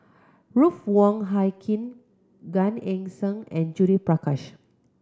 Ruth Wong Hie King Gan Eng Seng and Judith Prakash